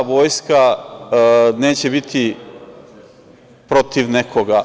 Ta vojska neće biti protiv nekoga.